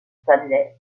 stanley